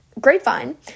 Grapevine